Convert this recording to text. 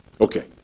Okay